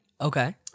Okay